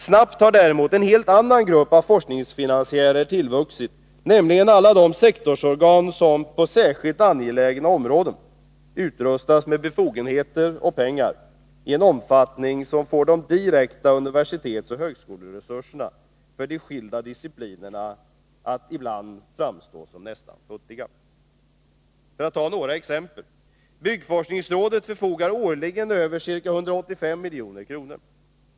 Snabbt har däremot en helt annan grupp av forskningsfinansiärer tillvuxit, nämligen alla de sektorsorgan som ”på särskilt angelägna områden” utrustats med befogenheter och pengar i en omfattning som får de direkta universitetsoch högskoleresurserna för de skilda disciplinerna att ibland framstå som nästan futtiga. Jag kan ge några exempel. Byggforskningsrådet förfogar årligen över ca 185 milj.kr.